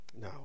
No